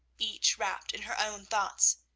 each wrapped in her own thoughts,